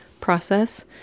process